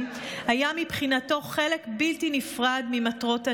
היה מבחינתו חלק בלתי נפרד ממטרות הלחימה.